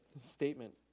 statement